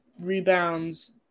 rebounds